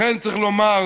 לכן צריך לומר